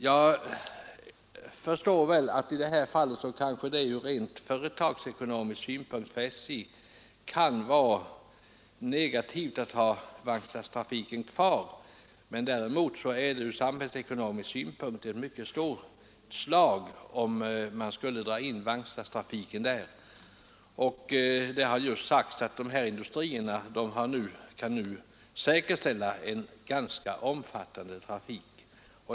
Jag förstår väl att det från rent företagsekonomisk synpunkt för SJ kan vara negativt att ha vagnslasttrafiken kvar, men däremot är det från samhällsekonomisk synpunkt ett mycket hårt slag om vagnslasttrafiken skulle dras in. Det har just sagts att de här industrierna nu kan säkerställa en ganska omfattande trafik.